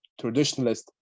traditionalist